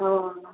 हँ